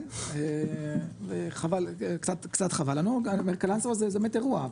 כן, קצת חבל לנו אבל קלנסווה זה באמת אירוע.